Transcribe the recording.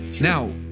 Now